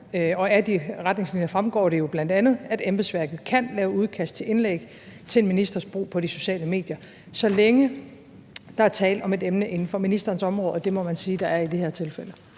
og af de retningslinjer fremgår det jo bl.a., at embedsværket kan lave udkast til indlæg til en ministers brug på de sociale medier, så længe der er tale om et emne inden for ministerens område, og det må man sige der er i det her tilfælde.